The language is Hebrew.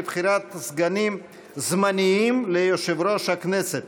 לבחירת סגנים זמניים ליושב-ראש הכנסת.